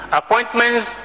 appointments